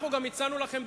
אנחנו גם הצענו לכם,